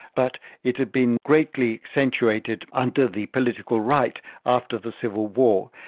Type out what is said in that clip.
but it had been greatly accentuated under the political right after the civil war,